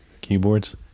keyboards